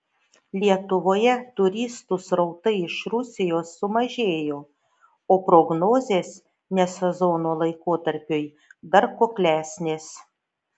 lietuvoje turistų srautai iš rusijos sumažėjo o prognozės ne sezono laikotarpiui dar kuklesnės